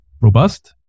robust